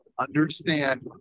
understand